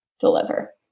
deliver